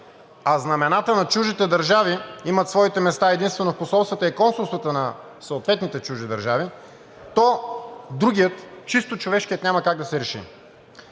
а знамената на чуждите държави имат своите места единствено в посолствата и консулствата на съответните чужди държави, то другият – чисто човешкият, няма как да се реши.